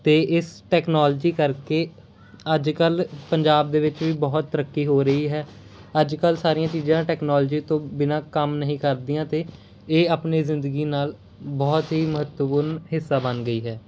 ਅਤੇ ਇਸ ਟੈਕਨੋਲੋਜੀ ਕਰਕੇ ਅੱਜ ਕੱਲ੍ਹ ਪੰਜਾਬ ਦੇ ਵਿੱਚ ਵੀ ਬਹੁਤ ਤਰੱਕੀ ਹੋ ਰਹੀ ਹੈ ਅੱਜ ਕੱਲ੍ਹ ਸਾਰੀਆਂ ਚੀਜ਼ਾਂ ਟੈਕਨੋਲੋਜੀ ਤੋਂ ਬਿਨਾਂ ਕੰਮ ਨਹੀਂ ਕਰਦੀਆਂ ਅਤੇ ਇਹ ਆਪਣੇ ਜ਼ਿੰਦਗੀ ਨਾਲ ਬਹੁਤ ਹੀ ਮਹੱਤਵਪੂਰਨ ਹਿੱਸਾ ਬਣ ਗਈ ਹੈ